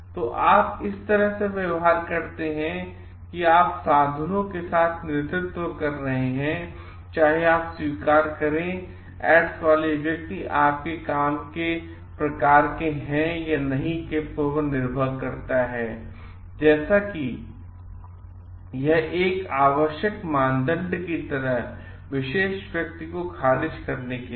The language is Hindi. तो आप इस तरह से करते हैं कि आप साधनों के साथ नेतृत्व कर सकते हैं चाहे आप स्वीकार करें एड्स वाले व्यक्ति आपके काम के प्रकार या नहीं के लिए निर्भर करता है जैसे कि यह एक है आवश्यक मानदंड की तरह विशेष व्यक्ति को खारिज करने के लिए